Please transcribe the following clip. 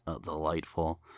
delightful